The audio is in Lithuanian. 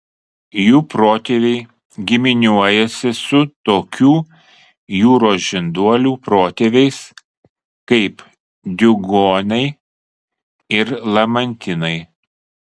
jų protėviai giminiuojasi su tokių jūros žinduolių protėviais kaip diugoniai ir lamantinai